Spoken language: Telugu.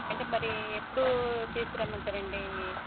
అంటే మరి ఎప్పుడు తీసుకురమ్మంటారండి ఇవి